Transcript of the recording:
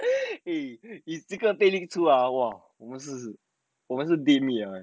eh is 这个被 leak 出 ah !wah! 我死定我们去地狱了